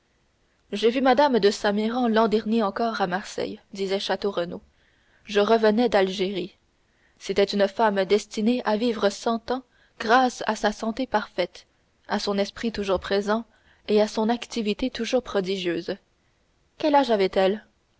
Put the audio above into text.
j'ai vu mme de saint méran l'an dernier encore à marseille disait château renaud je revenais d'algérie c'était une femme destinée à vivre cent ans grâce à sa santé parfaite à son esprit toujours présent et à son activité toujours prodigieuse quel âge avait-elle